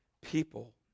People